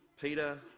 Peter